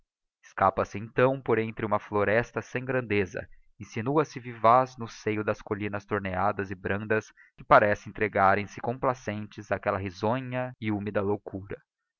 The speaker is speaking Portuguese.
escapa se então por entre uma floresta sem grandeza insinua se vivaz no seio de coliinas torneadas e brandas que parece cntregarem se complacentes áquella risonha e húmida loucura